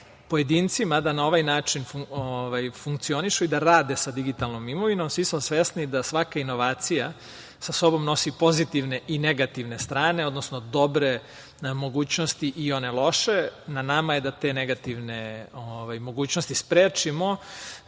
pojedincima da na ovaj način funkcionišu i da rade sa digitalnom imovinom. Svi smo svesni da svaka inovacija sa sobom nosi pozitivne i negativne strane, odnosno dobre nemogućnosti i one loše. Na nama je da te negativne mogućnosti sprečimo.